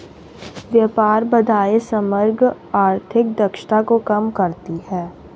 व्यापार बाधाएं समग्र आर्थिक दक्षता को कम करती हैं